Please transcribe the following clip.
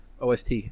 OST